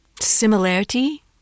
Similarity